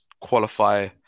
qualify